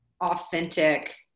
authentic